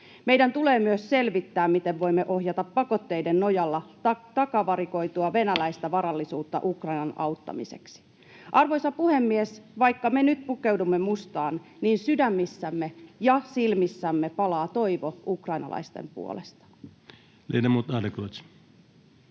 Meidän tulee myös selvittää, miten voimme ohjata pakotteiden nojalla takavarikoitua venäläistä varallisuutta Ukrainan auttamiseksi. Arvoisa puhemies! Vaikka me nyt pukeudumme mustaan, niin sydämissämme ja silmissämme palaa toivo ukrainalaisten puolesta.